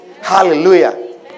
Hallelujah